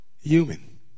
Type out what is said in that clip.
human